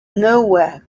nowhere